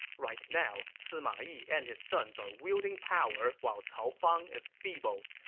right now, sima yi and his sons are wielding power while cao fang is feeble.